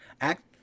Act